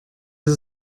ist